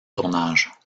tournage